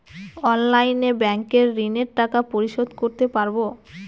অনলাইনে ব্যাংকের ঋণের টাকা পরিশোধ করতে পারবো?